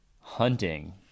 hunting